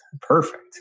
Perfect